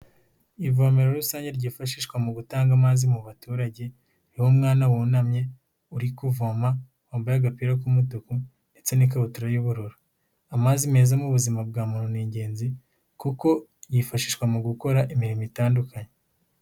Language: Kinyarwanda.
Ivomero rusange ryifashishwa mu gutanga amazi mu baturage, ririho umwana wunamye, uri kuvoma wambaye agapira k'umutuku ndetse n'ikabutura y'ubururu, amazi meza mu ubuzima bwa muntu ni ingenzi, kuko yifashishwa mu gukora imirimo itandukanye.